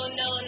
no